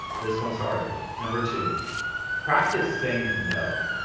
this one's harder. number two practice saying no.